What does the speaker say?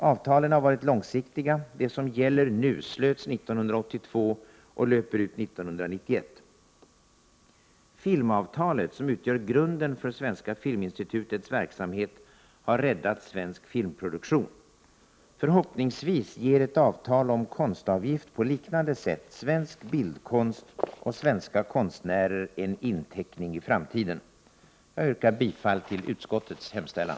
Avtalen har varit långsiktiga; det som gäller nu slöts 1982 och löper ut 1991. Filmavtalet — som utgör grunden för Svenska filminstitutets verksamhet — har räddat svensk filmproduktion. Förhoppningsvis ger ett avtal om konstavgift på liknande sätt svensk bildkonst och svenska konstnärer en inteckning i framtiden. Jag yrkar bifall till utskottets hemställan.